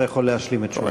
אתה יכול להשלים את תשובתך.